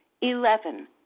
Eleven